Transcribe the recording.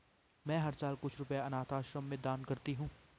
मैं हर साल कुछ रुपए अनाथ आश्रम में दान करती हूँ